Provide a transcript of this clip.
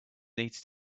needs